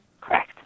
Correct